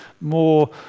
more